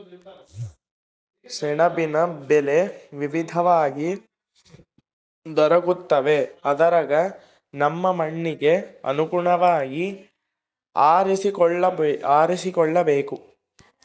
ಸೆಣಬಿನ ಬೆಳೆ ವಿವಿಧವಾಗಿ ದೊರಕುತ್ತವೆ ಅದರಗ ನಮ್ಮ ಮಣ್ಣಿಗೆ ಅನುಗುಣವಾಗಿ ಆರಿಸಿಕೊಳ್ಳಬೇಕು